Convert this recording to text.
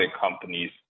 companies